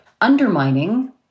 undermining